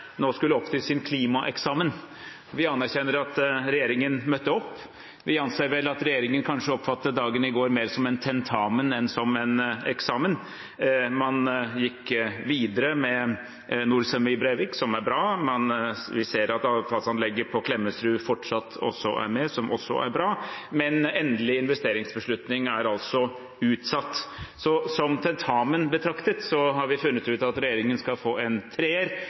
nå skulle opp til sin klimaeksamen. Vi anerkjenner at regjeringen møtte opp. Vi anser vel at regjeringen kanskje oppfattet dagen i går mer som en tentamen enn som en eksamen. Man gikk videre med Norcem Brevik, som er bra, vi ser at avfallsanlegget på Klemetsrud fortsatt er med, noe som også er bra, men endelig investeringsbeslutning er altså utsatt. Som tentamen betraktet har vi funnet ut at regjeringen skal få en treer,